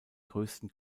größten